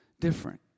different